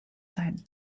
sein